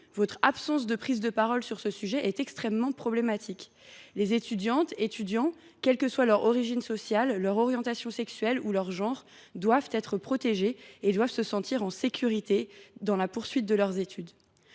votre absence de prise de parole sur ce sujet est extrêmement problématique. Les étudiantes et étudiants, quels que soient leur origine sociale, leur orientation sexuelle ou leur genre, doivent être protégés et doivent se sentir en sécurité dans la poursuite de leurs études.